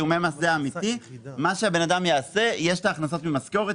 יש את ההכנסות ממשכורת,